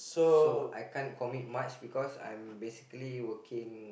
so I can't commit much because I am basically working